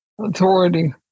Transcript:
authority